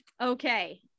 Okay